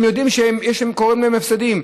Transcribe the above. הם יודעים שקורים להם הפסדים.